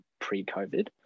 pre-COVID